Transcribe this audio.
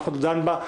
אף אחד לא דן בה.